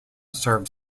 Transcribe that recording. served